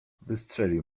wystrzelił